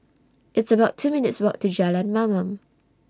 It's about two minutes' Walk to Jalan Mamam